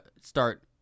start